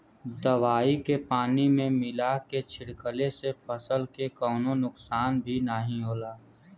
दवाई के पानी में मिला के छिड़कले से फसल के कवनो नुकसान भी नाहीं होला